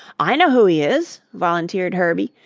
i know who he is, volunteered herbie.